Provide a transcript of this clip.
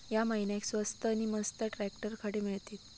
या महिन्याक स्वस्त नी मस्त ट्रॅक्टर खडे मिळतीत?